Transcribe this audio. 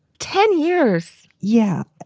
ten years yeah.